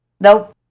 nope